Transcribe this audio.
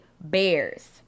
bears